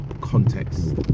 context